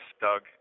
Doug